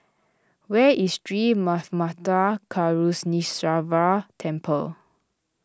where is Sri Manmatha Karuneshvarar Temple